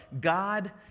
God